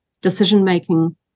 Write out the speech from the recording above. decision-making